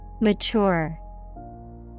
Mature